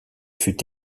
fut